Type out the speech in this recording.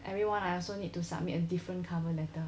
every one I also need to submit a different cover letter